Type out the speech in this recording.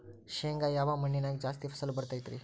ಶೇಂಗಾ ಯಾವ ಮಣ್ಣಿನ್ಯಾಗ ಜಾಸ್ತಿ ಫಸಲು ಬರತೈತ್ರಿ?